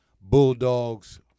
Bulldogs